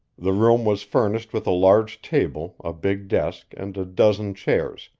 the room was furnished with a large table, a big desk, and a dozen chairs,